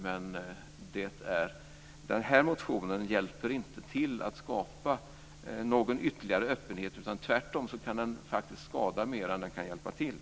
Men den här motionen hjälper inte till att skapa någon ytterligare öppenhet. Tvärtom kan den faktiskt skada mer än den kan hjälpa till.